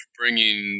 bringing